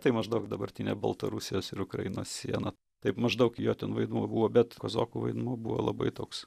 tai maždaug dabartinė baltarusijos ir ukrainos siena taip maždaug jo vaidmuo buvo bet kazokų vaidmuo buvo labai toks